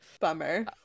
bummer